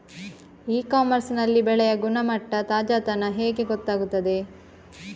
E commerce ನಲ್ಲಿ ಬೆಳೆಯ ಗುಣಮಟ್ಟ, ತಾಜಾತನ ಹೇಗೆ ಗೊತ್ತಾಗುತ್ತದೆ?